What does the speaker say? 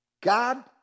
God